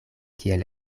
kiel